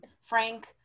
Frank